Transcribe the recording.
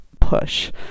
push